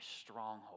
stronghold